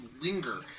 linger